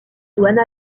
douane